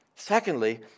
Secondly